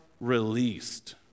released